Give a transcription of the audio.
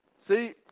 See